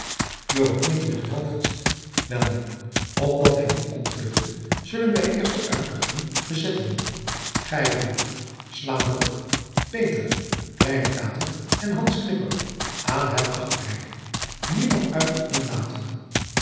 knikte met het hoofd welnu opdat hij niet ontvluchte zullen wij eerst de uittochten bezetten gij roelof sla der op peter kein kenate en hans knipper aan het achterhek niemand uit of in